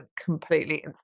completely